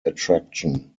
attraction